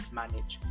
manage